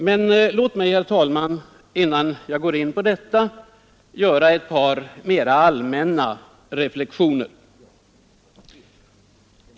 Men låt mig, herr talman, innan jag går in på detta, göra ett par mera allmänna reflexioner.